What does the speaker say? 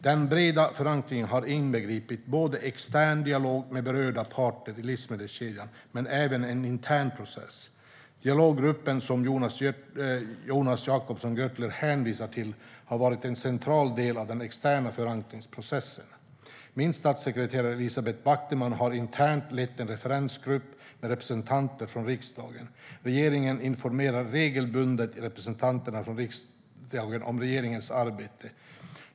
Den breda förankringen har inbegripit både en extern dialog med berörda parter i livsmedelskedjan men även en intern process. Dialoggruppen som Jonas Jacobsson Gjörtler hänvisar till har varit en central del av den externa förankringsprocessen. Min statssekreterare Elisabeth Backteman har internt lett en referensgrupp med representanter från riksdagen. Regeringen informerar regelbundet representanter från riksdagen om regeringens arbete.